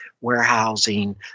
warehousing